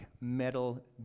metal